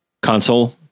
console